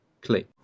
click